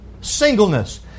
Singleness